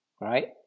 right